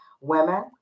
women